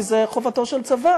כי זה חובתו של צבא.